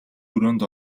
өрөөнд